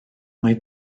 mae